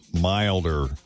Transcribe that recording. milder